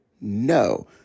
No